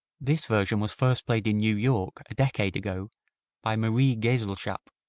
this version was first played in new york a decade ago by marie geselschap,